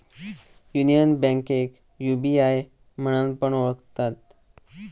union बैंकेक UBI म्हणान पण ओळखतत